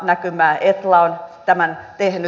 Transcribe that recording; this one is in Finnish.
etla on tämän tehnyt